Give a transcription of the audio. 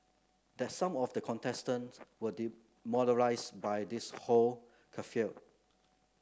that some of the contestants were demoralised by this whole kerfuffle